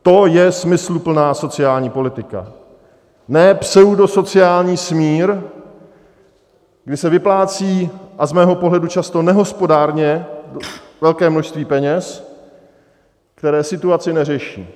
To je smysluplná sociální politika, ne pseudosociální smír, kdy se vyplácí a z mého pohledu často nehospodárně velké množství peněz, které situaci neřeší.